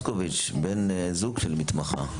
מתן מושקוביץ, בן זוג של מתמחה.